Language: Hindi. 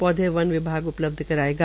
पौधे बन विभाग उपलब्ध करायेगा